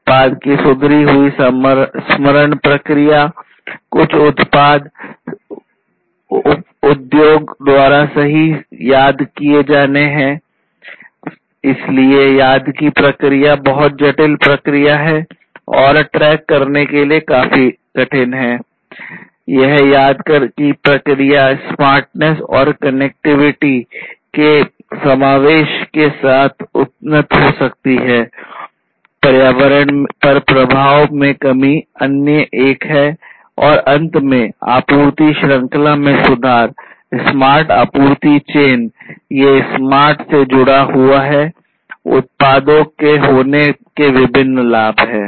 उत्पाद की सुधरी हुई स्मरण प्रक्रिया में सुधार स्मार्ट आपूर्ति चेन ये स्मार्ट और जुड़ा हुआ है उत्पादों के होने के विभिन्न लाभ है